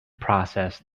process